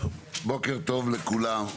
בוקר טוב לכולם,